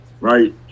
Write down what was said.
right